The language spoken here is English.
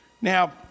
Now